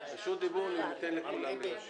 חברים, אני מחדש את הישיבה.